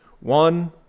One